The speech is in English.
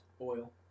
Oil